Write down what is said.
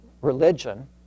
religion